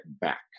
back